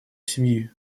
семьи